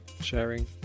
sharing